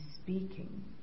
speaking